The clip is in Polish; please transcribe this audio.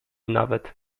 nawet